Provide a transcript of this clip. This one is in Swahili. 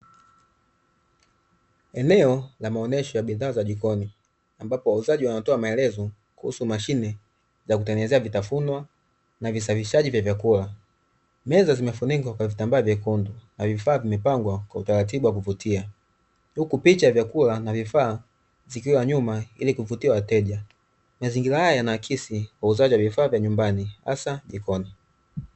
Eneo la maonyesho ya bidhaa za jikoni, ambapo wauzaji wanatoa maelezo kuhusu mashine za kutengeneza vitafunwa na visagishaji vya vyakula. Meza zimefunika kwa vitambaa vyekundu na vifaa vimepangwa kwa utaratibu wa kuvutia, huku picha ya vyakula na vifaa zikiwa nyuma, ili kuvutia wateja mazingira haya yanaakisi kwa uuzaji wa vifaa vya nyumbani hasa jikoni.